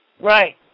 Right